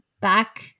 back